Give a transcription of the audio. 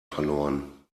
verloren